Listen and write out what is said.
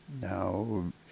Now